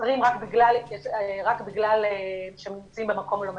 נאסרים רק בגלל שהם נמצאים במקום לא מתאים.